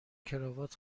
کراوات